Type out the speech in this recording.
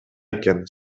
экен